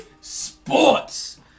sports